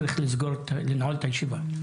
צריך לנעול את הישיבה.